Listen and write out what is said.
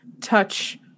touch